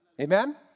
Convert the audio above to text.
Amen